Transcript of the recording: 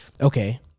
Okay